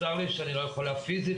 צר לי שאני לא יכולה להיות פיזית.